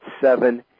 Seven